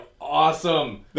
awesome